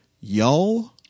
Y'all